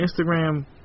Instagram